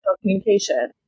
communication